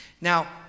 now